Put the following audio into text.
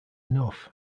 enough